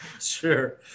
Sure